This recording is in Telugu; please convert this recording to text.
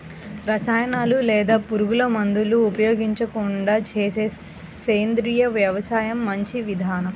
రసాయనాలు లేదా పురుగుమందులు ఉపయోగించకుండా చేసే సేంద్రియ వ్యవసాయం మంచి విధానం